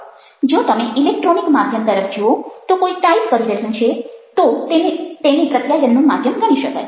જો તમે ઇલેક્ટ્રોનિક માધ્યમ તરફ જુઓ તો કોઈ ટાઈપ કરી રહ્યું છે તો તેને પ્રત્યાયનનું માધ્યમ ગણી શકાય